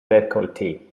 decollete